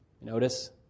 Notice